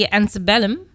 Antebellum